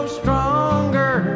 stronger